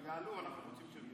אנחנו רוצים שהם יעלו.